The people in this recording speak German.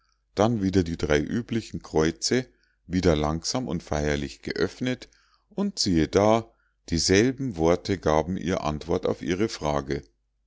dann wieder die drei üblichen kreuze wieder langsam und feierlich geöffnet und siehe da dieselben worte gaben ihr antwort auf ihre frage